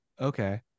okay